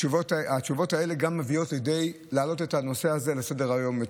התשובות האלה גם מביאות יותר להעלאת הנושא הזה לסדר-יום.